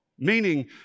meaning